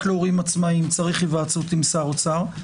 להורים עצמאיים - צריך היוועצות עם שר אוצר,